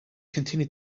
continue